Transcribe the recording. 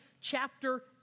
chapter